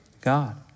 God